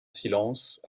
silence